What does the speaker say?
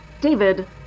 David